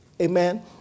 amen